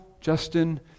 Justin